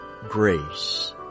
grace